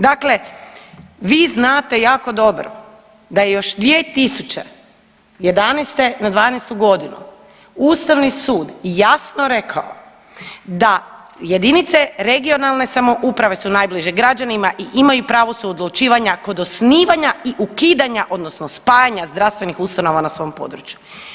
Dakle, vi znate jako dobro da je još 2011. na dvanaestu godinu Ustavni sud jasno rekao da jedinice regionalne samouprave su najbliže građanima i imaju pravo suodlučivanja kod osnivanja i ukidanja, odnosno spajanja zdravstvenih ustanova na svom području.